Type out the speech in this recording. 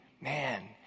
man